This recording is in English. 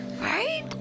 Right